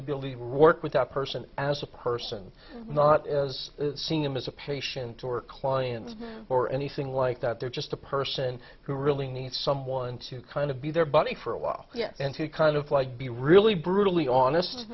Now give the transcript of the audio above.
to believe work with that person as a person not as seeing him as a patient or client or anything like that they're just a person who really needs someone to kind of be their buddy for a while and to kind of like be really brutally honest